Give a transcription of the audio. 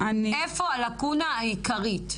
איפה הלקונה העיקרית.